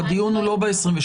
הדיון הוא לא ב-22.